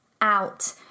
out